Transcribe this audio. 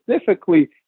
specifically